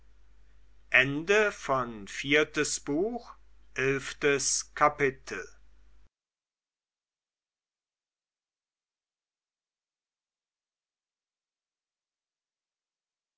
viertes buch erstes kapitel